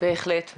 בהחלט.